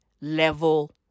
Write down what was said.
level